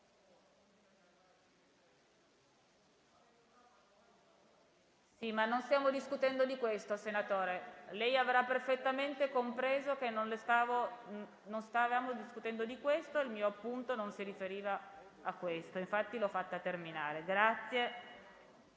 Sì, ma non stiamo discutendo di questo, senatore. Lei avrà perfettamente compreso che non stavamo discutendo di questo. Il mio appunto non si riferiva a ciò, infatti l'ho fatta a terminare.